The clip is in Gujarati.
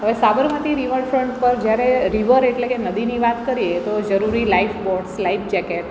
હવે સાબરમતી રિવરફ્રન્ટ પર જ્યારે રિવર એટલે કે નદીની વાત કરીએ તો જરૂરી લાઈફ બોટ્સ લાઈફ જેકેટ્સ